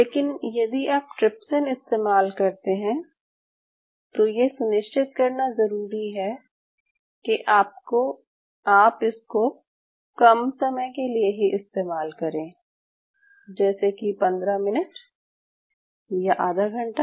लेकिन यदि आप ट्रिप्सिन इस्तेमाल करते हैं तो ये सुनिश्चित करना ज़रूरी है कि आप इसको कम समय के लिए ही इस्तेमाल करें जैसे कि 15 मिनट या आधा घंटा